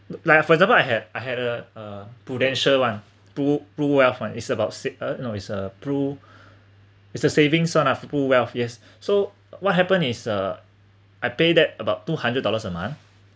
like for example I had I had a um Prudential [one] pru~ pruwealth [one] is about six~ um no is a pru~ is a savings [one] lah pruwealth yes so what happen is uh I pay that about two hundred dollars a month